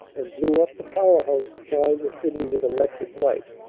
and blew-up the power house supplying the city with electric light.